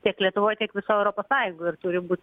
tiek lietuvoj tiek visoj europos sąjungoj ir turi būt